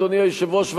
אדוני היושב-ראש,